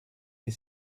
les